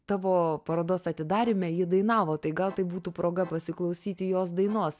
tavo parodos atidaryme ji dainavo tai gal tai būtų proga pasiklausyti jos dainos